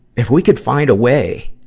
if we could find a way,